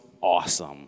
awesome